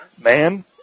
Man